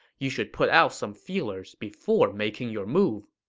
you should put out some feelers before making your move.